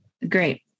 Great